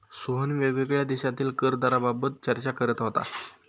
सोहन वेगवेगळ्या देशांतील कर दराबाबत चर्चा करत होता